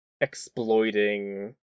exploiting